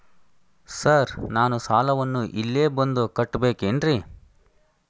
Sir ನಾನು ಸಾಲವನ್ನು ಇಲ್ಲೇ ಬಂದು ಕಟ್ಟಬೇಕೇನ್ರಿ?